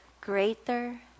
greater